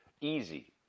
easy